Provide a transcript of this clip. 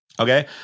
Okay